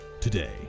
today